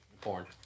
porn